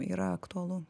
yra aktualu